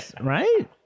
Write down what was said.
right